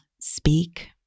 speak